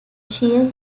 sheer